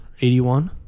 81